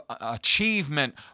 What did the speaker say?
achievement